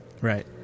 Right